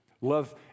Love